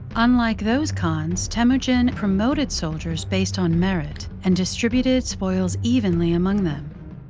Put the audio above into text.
unlike those khans, temujin promoted soldiers based on merit and distributed spoils evenly among them.